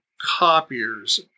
copiers